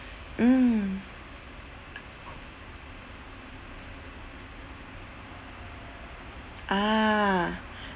mm ah